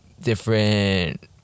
different